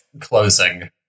closing